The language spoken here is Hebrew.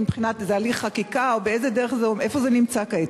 זה הליך חקיקה, או איפה זה נמצא כעת?